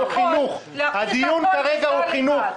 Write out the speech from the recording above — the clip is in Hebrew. הדיון כרגע הוא חינוך.